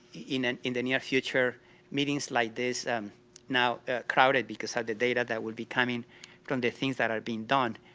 in and in the near future meetings like this now crowded because of ah the data that will be coming from the things that are being done.